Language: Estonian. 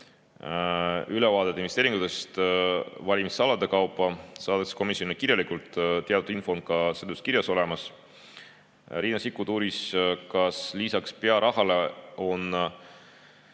Ülevaade investeeringutest valimisalade kaupa saadeti komisjonile kirjalikult. Teatud info on ka seletuskirjas olemas. Riina Sikkut uuris, kas lisaks pearahale on